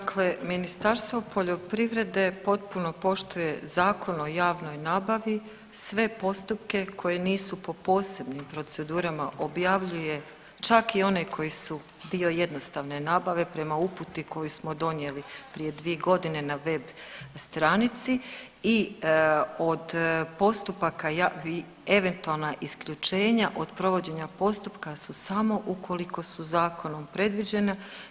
Dakle, Ministarstvo poljoprivrede potpuno poštuje Zakon o javnoj nabavi, sve postupke koji nisu po posebnim procedurama objavljuje čak i one koji su dio jednostavne nabave prema uputi koju smo donijeli prije dvije godine na web stranici i od postupaka eventualna isključenja od provođenja postupka su samo ukoliko su zakonom predviđena.